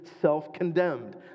self-condemned